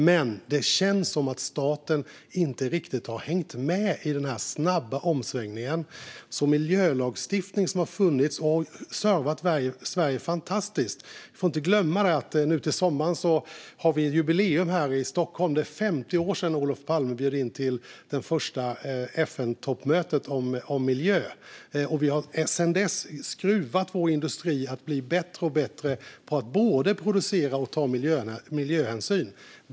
Men det känns som att staten inte riktigt har hängt med i den snabba omsvängningen med den miljölagstiftning som har funnits och servat Sverige fantastiskt. Vi får inte glömma att nu till sommaren har vi ett jubileum här i Stockholm. Det är 50 år sedan Olof Palme bjöd in till det första FN-toppmötet om miljö. Vi har sedan dess skruvat vår industri till att bli bättre och bättre på att både producera och ta miljöhänsyn.